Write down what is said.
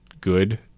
good